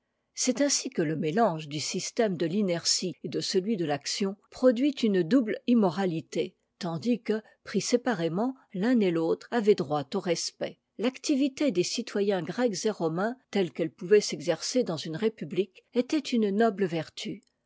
c'est ainsi que le mélange du système de l'inertie et de celui de l'action produit une double immora ité tandis que pris séparément l'un et l'autre avaient droit au respect l'activité des citoyens grecs et romains telle qu'elle pouvait s'exercer dans une répubfique était une noble vertu